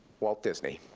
walt disney.